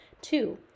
Two